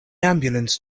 ambulance